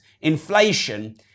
Inflation